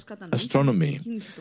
astronomy